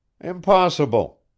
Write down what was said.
Impossible